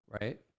right